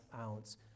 ounce